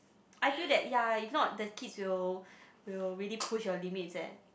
I feel that ya if not the kids will will really push your limits eh